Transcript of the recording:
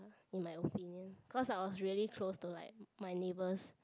in my opinion cause I was really close to like my neighbours